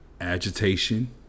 agitation